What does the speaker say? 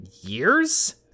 years